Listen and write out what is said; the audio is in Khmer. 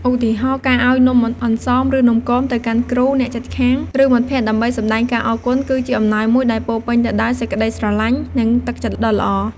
ឧទាហរណ៍ ការឱ្យនំអន្សមឬនំគម ទៅកាន់គ្រូ អ្នកជិតខាង ឬ មិត្តភក្តិដើម្បីសម្ដែងការអរគុណ គឺជាអំណោយមួយដែលពោរពេញទៅដោយសេចក្ដីស្រឡាញ់ និងទឹកចិត្តដ៏ល្អ។